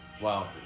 Wow